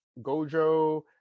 Gojo